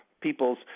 people's